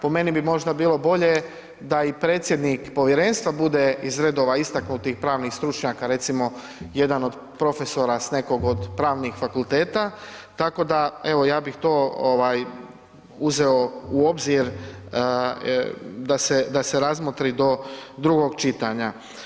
Po meni bi možda bilo bolje da i predsjednik povjerenstva bude iz redova istaknutih pravnih stručnjaka, recimo jedan od profesora s nekog od pravnih fakulteta, tako da bi ja to uzeo u obzir da se razmotri do drugog čitanja.